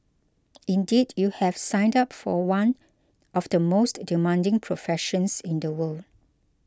indeed you have signed up for one of the most demanding professions in the world